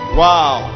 wow